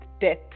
death